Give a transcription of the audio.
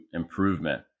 improvement